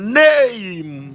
name